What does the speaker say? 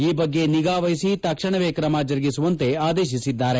ಈ ಬಗ್ಗೆ ನಿಗಾ ವಹಿಸಿ ತಕ್ಷಣವೇ ಕ್ರಮ ಜರುಗಿಸುವಂತೆ ಆದೇಶಿಸಿದ್ದಾರೆ